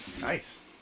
Nice